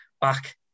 back